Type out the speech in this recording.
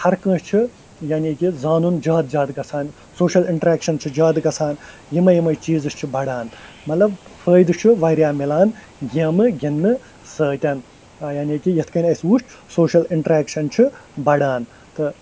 ہر کٲنٛسہِ چھِ یعنی کہِ زانُن زیادٕ زیادٕ گَژھان سوشل اِنٛٹرٮ۪کشن چھُ زیادٕ گَژھان یِمَے یِمَے چیٖزٕ چھِ بڑان مطلب فٲیدٕ چھُ وارِیاہ مِلان گیمہٕ گِنٛدٕنہٕ سۭتۍ یعنی کہِ یِتھ کٔنۍ اَسہٕ وٕچھِ سوشل اِنٛٹرٮ۪شن چھُ بڑان تہٕ